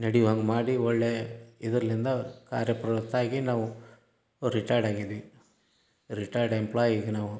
ನಡಿವಂಗೆ ಮಾಡಿ ಒಳ್ಳೆಯ ಇದರಿಂದ ಕಾರ್ಯಪ್ರವೃತ್ತಾಗಿ ನಾವು ರಿಟೈರ್ಡ್ ಆಗಿದ್ದೀವಿ ರಿಟೈರ್ಡ್ ಎಂಪ್ಲಾಯ್ ಈಗ ನಾವು